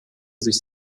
sich